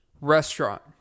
Restaurant